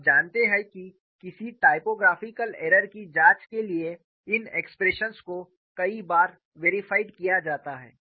और आप जानते हैं कि किसी टाइपोग्राफ़िकल एरर की जांच के लिए इन एक्सप्रेशंस को कई बार वेरिफाइड किया जाता है